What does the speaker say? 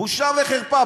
בושה וחרפה.